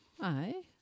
Aye